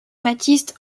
baptiste